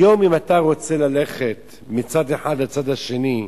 היום, אם אתה רוצה ללכת מצד אחד לצד השני,